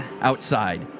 outside